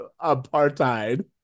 apartheid